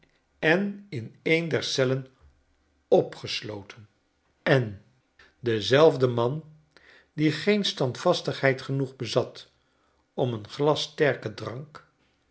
en in een der cellen opgesloten en dezelfde man die geen standvastigheid genoeg bezat om een glas sterken drank